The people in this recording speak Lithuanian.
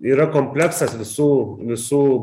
yra kompleksas visų visų